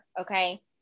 okay